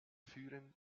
führen